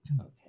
Okay